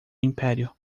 império